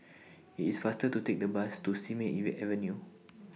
IT IS faster to Take The Bus to Simei even Avenue